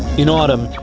in autumn,